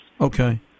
Okay